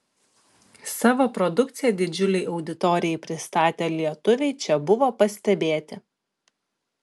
savo produkciją didžiulei auditorijai pristatę lietuviai čia buvo pastebėti